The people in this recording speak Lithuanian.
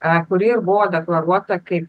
a kuri ir buvo deklaruota kaip